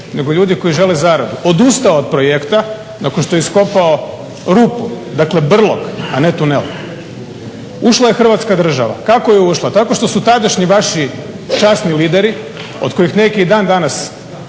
nego ljudi koji žele zaradu, odustao od projekta nakon što je iskopao rupu dakle brlog a ne tunel, ušla je Hrvatska država. Kako je ušla? Tako što su tadašnji vaši časni lideri od kojih neki i dan danas